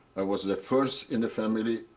i was the first in the family,